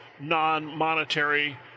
non-monetary